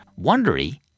Wondery